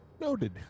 Noted